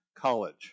college